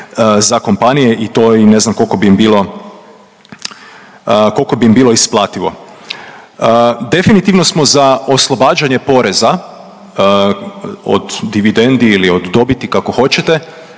za kompanije i to i ne znam koliko bi im bilo isplativo. Definitivno smo za oslobađanje poreza od dividendi ili od dobiti, kako hoćete